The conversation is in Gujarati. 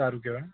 સારું કહેવાય